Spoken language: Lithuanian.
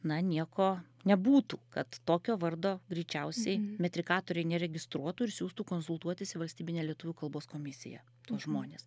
na nieko nebūtų kad tokio vardo greičiausiai metrikatoriai neregistruotų ir siųstų konsultuotis į valstybinę lietuvių kalbos komisiją tuos žmones